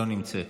לא נמצאת,